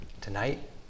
Tonight